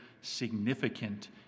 significant